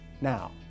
now